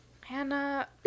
hannah